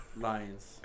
Lions